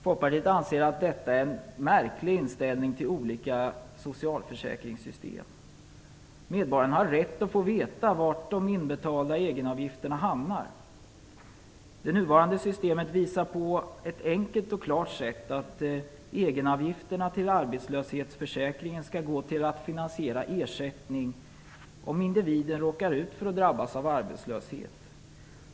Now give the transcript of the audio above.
Folkpartiet anser att detta är en märklig inställning till olika socialförsäkringssystem. Medborgarna har rätt att få veta var de inbetalda egenavgifterna hamnar. Det nuvarande systemet visar på ett enkelt och klart sätt att egenavgifterna till arbetslöshetsförsäkringen skall gå till att finansiera ersättning om individen drabbas av arbetslöshet.